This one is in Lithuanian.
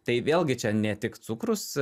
tai vėlgi čia ne tik cukrus